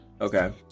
Okay